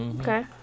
Okay